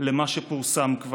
למה שכבר פורסם,